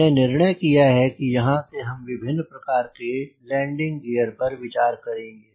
मैंने निर्णय किया है की यहाँ से हम विभिन्न प्रकार के लैंडिंग गियर पर विचार करेंगे